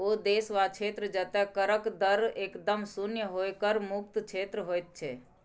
ओ देश वा क्षेत्र जतय करक दर एकदम शुन्य होए कर मुक्त क्षेत्र होइत छै